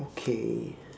okay